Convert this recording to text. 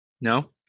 No